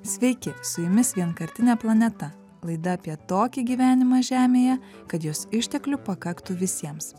sveiki su jumis vienkartinė planeta laida apie tokį gyvenimą žemėje kad jos išteklių pakaktų visiems